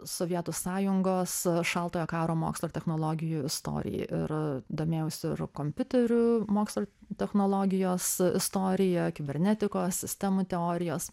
sovietų sąjungos šaltojo karo mokslo ir technologijų istoriją ir domėjausi kompiuterių mokslo technologijos istorija kibernetikos sistemų teorijos